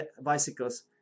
bicycles